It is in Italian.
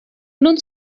non